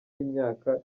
y’imyaka